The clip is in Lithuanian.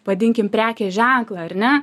vadinkim prekės ženklą ar ne